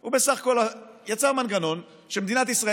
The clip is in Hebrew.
הוא בסך הכול יצר מנגנון שמדינת ישראל